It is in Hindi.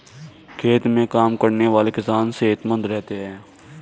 खेत में काम करने वाले किसान सेहतमंद रहते हैं